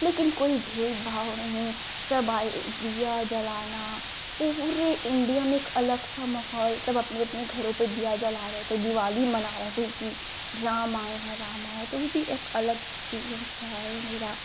लेकिन कोई भेदभाव नहीं सब आए दीया जलाना पूरे इण्डिया में एक अलग सा माहौल सब अपने अपने घरों में दीया जला रहे थे दिवाली मना रहे थे कि राम आए हैं राम आए हैं तो वह भी एक अलग एक्सपीरिएन्स रहा है मेरा